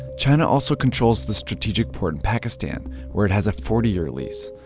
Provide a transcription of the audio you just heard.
china also controls the strategic port in pakistan where it has a forty year lease,